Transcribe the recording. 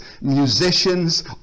musicians